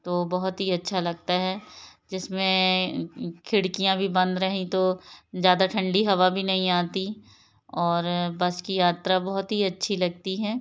तो बहुत ही अच्छा लगता है जिसमें खिड़कियाँ भी बंद रहीं तो ज़्यादा ठंडी हवा भी नहीं आती और बस की यात्रा बहुत ही अच्छी लगती है